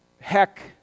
heck